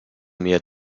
mir